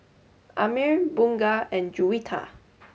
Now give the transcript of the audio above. Ammir Bunga and Juwita